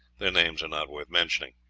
their names are not worth mentioning.